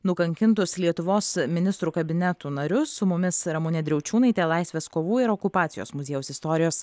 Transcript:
nukankintus lietuvos ministrų kabinetų narius su mumis ramunė driaučiūnaitė laisvės kovų ir okupacijos muziejaus istorijos